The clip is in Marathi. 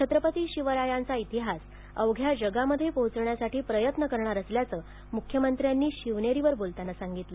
छत्रपती शिवरायांचा इतिहास अवघ्या जगामधे पोहोचवण्यासाठी प्रयत्न करणार असल्याचं मुख्यमंत्र्यांनी शिवनेरीवर बोलताना सांगितलं